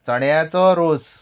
चण्याचो रोस